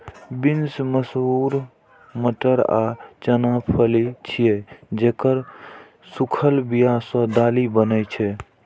beans, मसूर, मटर आ चना फली छियै, जेकर सूखल बिया सं दालि बनै छै